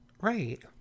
Right